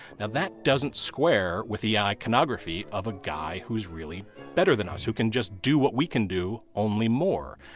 now, that doesn't square with the iconography of a guy who's really better than us, who can just do what we can do only more.